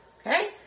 Okay